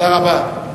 תודה רבה.